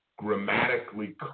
Grammatically